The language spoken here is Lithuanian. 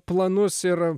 planus ir